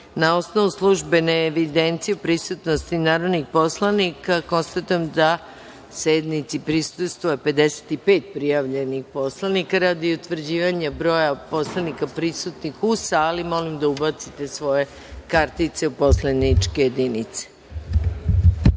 osnovu službene evidencije o prisutnosti narodnih poslanika, konstatujem da sednici prisustvuje 155 prijavljenih poslanika. Radi utvrđivanja broja poslanika prisutnih u salim, molim da ubacite svoje kartice u poslaničke